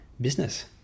business